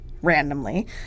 randomly